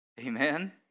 Amen